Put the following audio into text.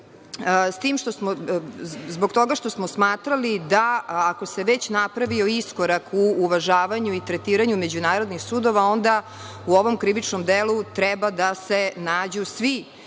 zbog toga što smo smatrali da ako se već napravio iskorak u uvažavanju i tretiranju međunarodnih sudova, onda u ovom krivičnom delu treba da se nađu svi